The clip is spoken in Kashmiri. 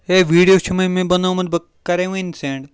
ہے ویٖڈیو چھُمَے مےٚ بَنومُت بہٕ کَرَے وٕنۍ سٮ۪نٛڈ